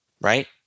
Right